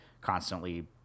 constantly